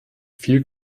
viel